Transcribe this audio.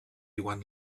one